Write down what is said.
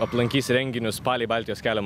aplankys renginius palei baltijos kelią